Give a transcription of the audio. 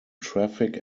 traffic